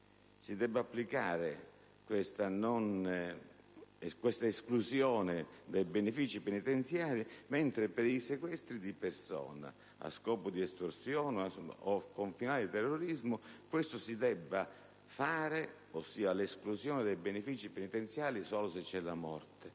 si debba applicare questa esclusione dei benefici penitenziari, mentre per i sequestri di persona a scopo di estorsione o con finalità di terrorismo questo si debba fare, ossia l'esclusione dei benefici penitenziari, solo se c'è la morte.